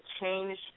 change